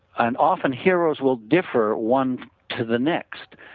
and often heroes will differ one to the next,